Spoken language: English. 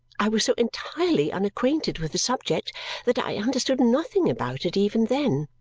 i was so entirely unacquainted with the subject that i understood nothing about it even then.